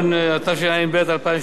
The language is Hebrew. התשע"ב 2012,